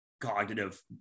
cognitive